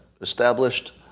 established